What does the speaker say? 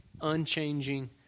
unchanging